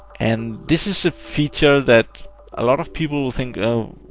and this is a feature that a lot of people will think, well,